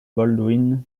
baldwin